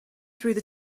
through